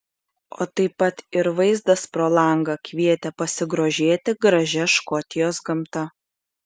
o taip pat ir vaizdas pro langą kvietė pasigrožėti gražia škotijos gamta